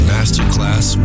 Masterclass